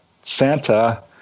Santa